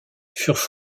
furent